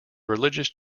religious